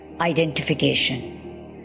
identification